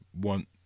want